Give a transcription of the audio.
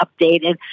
updated